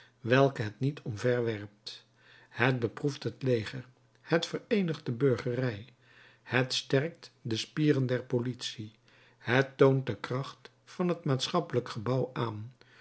welke het niet omverwerpt het beproeft het leger het vereenigt de burgerij het sterkt de spieren der politie het toont de kracht van het maatschappelijk gebouw aan